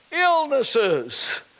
illnesses